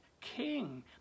king